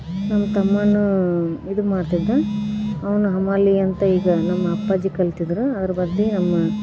ನಮ್ಮ ತಮ್ಮನೂ ಇದು ಮಾಡ್ತಿದ್ದ ಅವನು ಹಮಾಲಿ ಅಂತ ಇದು ನಮ್ಮ ಅಪ್ಪಾಜಿ ಕಲಿತಿದ್ರು ಅದ್ರ ಬದಲಿಗೆ ನಮ್ಮ